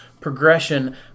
progression